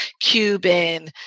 Cuban